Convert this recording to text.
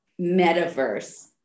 metaverse